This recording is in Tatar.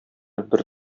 бер